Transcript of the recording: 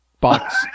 box